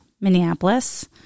Minneapolis